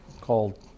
called